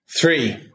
Three